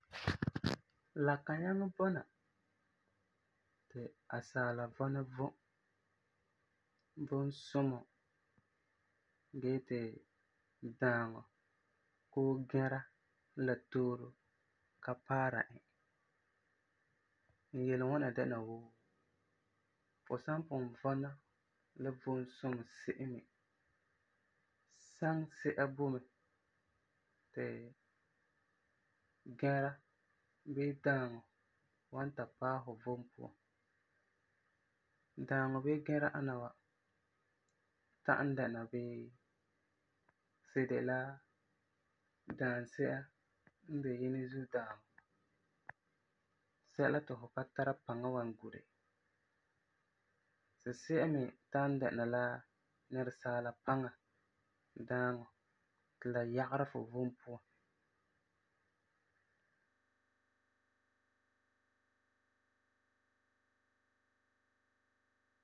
La kan nyaŋɛ bɔna ti asaala vɔna vom, vom sumɔ gee ti daaŋɔ koo gɛra la tooro ka paara e. N yele ŋwana dɛna wuu fu san pugum vɔna la vom sumɔ la se'em me, sansi'a boi mɛ ti gɛra bii daaŋɔ wan ta paɛ fu vom puan. Daaŋɔ bii gɛra ana wa ta'am dɛna bii si de la daansi'a n de Yinɛ zuo daaŋɔ, sɛla ti fu ka tara paŋa n wan gu di, si si'a me ta'am dɛna nɛresaala paŋa daaŋɔ ti la yagera fu vom puan.